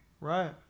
right